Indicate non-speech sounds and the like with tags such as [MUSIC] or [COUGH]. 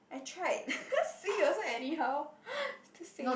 I tried [LAUGHS] see you also anyhow [NOISE] it's the same